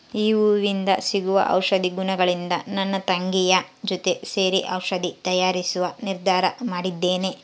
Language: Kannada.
ಈ ಹೂವಿಂದ ಸಿಗುವ ಔಷಧಿ ಗುಣಗಳಿಂದ ನನ್ನ ತಂಗಿಯ ಜೊತೆ ಸೇರಿ ಔಷಧಿ ತಯಾರಿಸುವ ನಿರ್ಧಾರ ಮಾಡಿದ್ದೇನೆ